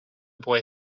boy